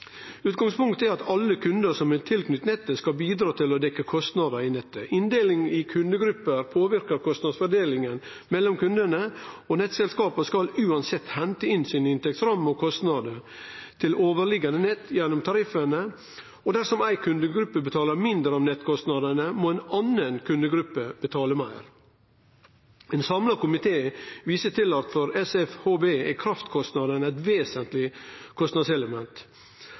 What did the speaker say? Utgangspunktet er at alle kundar som er knytte til nettet, skal bidra til å dekkje kostnadene i nettet. Inndeling i kundegrupper påverkar kostnadsfordelinga mellom kundane. Nettselskapet skal uansett hente inn inntektsramma si og kostnadene til overliggjande nett gjennom tariffane. Dersom ei kundegruppe betaler mindre av nettkostnadene, må ei anna kundegruppe betale meir. Ein samla komité viser til at for SFHB er kraftkostnadene eit vesentleg kostnadselement.